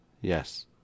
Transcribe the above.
Yes